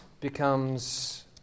becomes